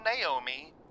Naomi